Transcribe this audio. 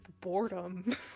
boredom